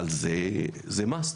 אבל זה Must.